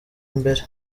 imbere